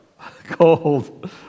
cold